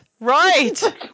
Right